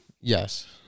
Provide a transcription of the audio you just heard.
Yes